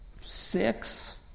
six